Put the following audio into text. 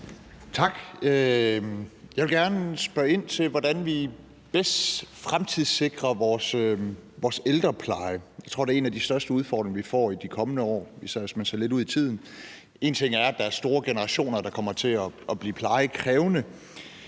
Tak. Jeg vil gerne spørge ind til, hvordan vi bedst fremtidssikrer vores ældrepleje. Jeg tror, det er en af de største udfordringer, vi får i de kommende år – især hvis man ser lidt ud i tiden. Én ting er, at der er store generationer, der kommer til at blive plejekrævende,